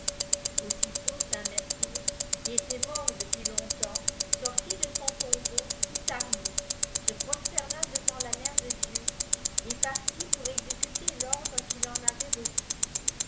aussitôt saint mereuff qui élaitmort depuis longtemps sortit de son tombeai tout armé se prosterna devant la mèr de dieu et partit pour èxéeu ter l'ordre qu'il en avait reçu